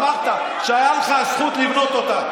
אמרת שהייתה לך הזכות לבנות אותה.